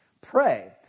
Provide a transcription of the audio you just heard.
pray